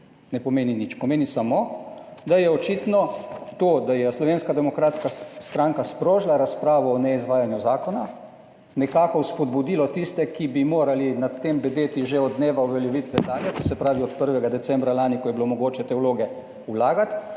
Ne pomeni nič. Pomeni samo, da je očitno to, da je Slovenska demokratska stranka sprožila razpravo o neizvajanju zakona, nekako spodbudilo tiste, ki bi morali nad tem bedeti že od dneva uveljavitve take, to se pravi, od 1. decembra lani, ko je bilo mogoče te vloge vlagati,